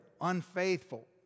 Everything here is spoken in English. unfaithful